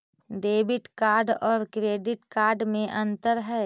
Debit card और credit card में अन्तर है?